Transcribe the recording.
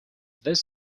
this